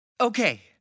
Okay